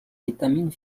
étamines